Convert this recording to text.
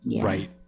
right